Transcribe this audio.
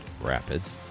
Rapids